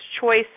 choice